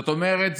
זאת אומרת,